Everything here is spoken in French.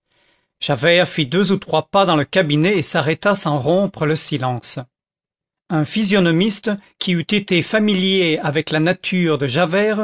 javert fit deux ou trois pas dans le cabinet et s'arrêta sans rompre le silence un physionomiste qui eût été familier avec la nature de javert